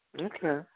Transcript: Okay